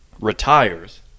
retires